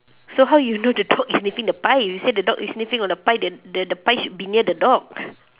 so how you know the dog is sniffing the pie you say the dog is sniffing on the pie the the the pie should be near the dog